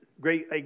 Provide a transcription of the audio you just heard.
great